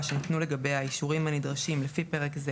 שניתנו לגביה האישורים הנדרשים לפי פרק זה